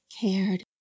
cared